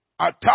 attack